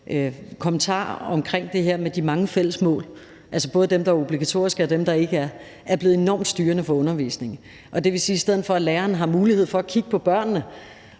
kommentar om det her med de mange fælles mål – altså både dem, der er obligatoriske, og dem, der ikke er, er enormt styrende for undervisningen. Og det vil sige, at i stedet for at lærerne har mulighed for at kigge på børnene